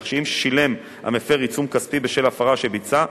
כך שאם שילם המפר עיצום כספי בשל הפרה שביצע,